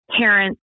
parents